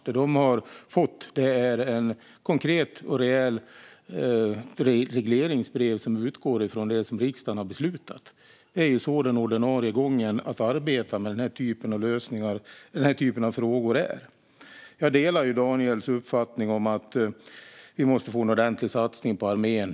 Det de har fått är ett konkret och rejält regleringsbrev som utgår från det som riksdagen har beslutat. Det är så den ordinarie gången är när man arbetar med denna typ av frågor. Jag delar Daniels uppfattning att vi måste få en ordentlig satsning på armén.